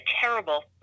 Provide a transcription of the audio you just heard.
terrible